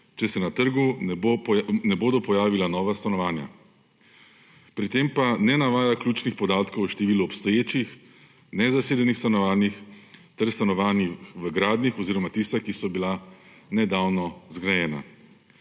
če se na trgu ne bodo pojavila nova stanovanja. Pri tem pa ne navaja ključnih podatkov o številu obstoječih nezasedenih stanovanjih ter stanovanjih v gradnji oziroma tistih, ki so bila nedavno zgrajena.